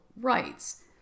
rights